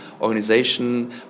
organization